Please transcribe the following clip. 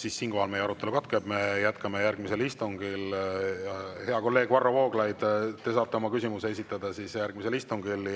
siis siinkohal meie arutelu katkeb, me jätkame järgmisel istungil. Hea kolleeg Varro Vooglaid, te saate oma küsimuse esitada järgmisel istungil.